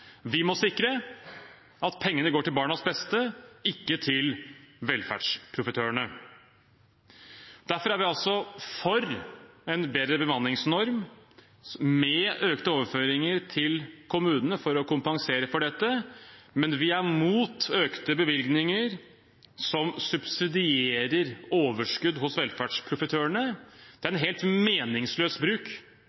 Vi må sikre at pengene går til barnas beste – ikke til velferdsprofitørene. Derfor er vi for en bedre bemanningsnorm med økte overføringer til kommunene for å kompensere for dette, men vi er imot økte bevilgninger som subsidierer overskudd hos velferdsprofitørene. Det